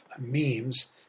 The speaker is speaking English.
memes